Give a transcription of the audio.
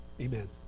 Amen